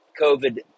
COVID